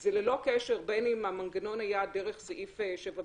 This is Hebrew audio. זה ללא קשר בין אם המנגנון היה לפי סעיף